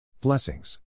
Blessings